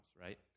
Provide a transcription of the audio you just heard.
right